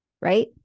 right